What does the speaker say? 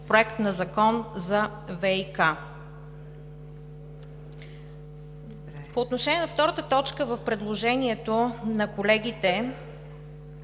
Законопроект за ВиК“. По отношение на втората точка в предложението на колегите,